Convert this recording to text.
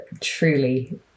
truly